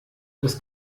das